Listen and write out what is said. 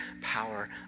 power